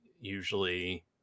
usually